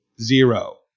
zero